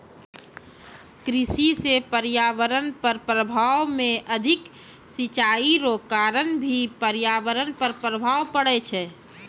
कृषि से पर्यावरण पर प्रभाव मे अधिक सिचाई रो कारण भी पर्यावरण पर प्रभाव पड़ै छै